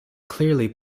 clearly